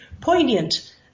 poignant